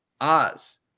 Oz